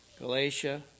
Galatia